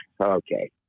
Okay